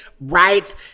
right